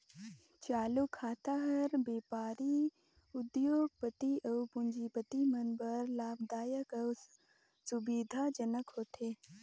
चालू खाता हर बेपारी, उद्योग, पति अउ पूंजीपति मन बर लाभदायक अउ सुबिधा जनक होथे